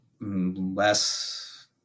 less